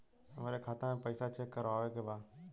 हमरे खाता मे पैसा चेक करवावे के बा?